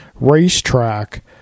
racetrack